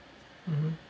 mmhmm